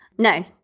No